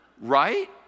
Right